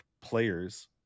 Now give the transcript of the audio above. players